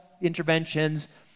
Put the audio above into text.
interventions